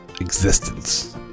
existence